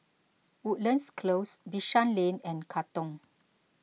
Woodlands Close Bishan Lane and Katong